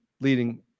leading